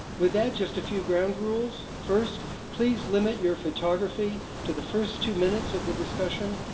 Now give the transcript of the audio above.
with that, just a few ground rules first please limit your photography to the first two minutes of the discussion,